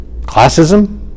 classism